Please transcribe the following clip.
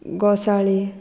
घोसाळीं